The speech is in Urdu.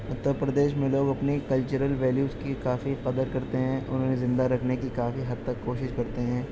اتر پردیش میں لوگ اپنی کلچرل ویلیوز کی کافی قدر کرتے ہیں انہیں زندہ رکھنے کی کافی حد تک کوشش کرتے ہیں